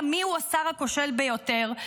הקטגוריה מיהו השר הכושל ביותר.